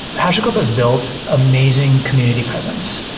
hashicorp has built amazing community presence,